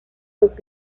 los